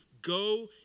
Go